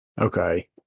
Okay